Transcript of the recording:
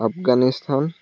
Afghanistan